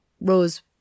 Rose